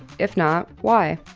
if not, why?